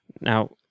Now